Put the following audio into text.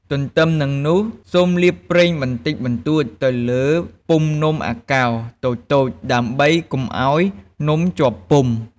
ទន្ទឹមនឹងនោះ សូមលាបប្រេងបន្តិចបន្តួចទៅក្នុងពុម្ពនំអាកោរតូចៗ ដើម្បីកុំឱ្យនំជាប់ពុម្ព។